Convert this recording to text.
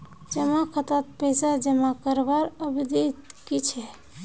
जमा खातात पैसा जमा करवार अवधि की छे?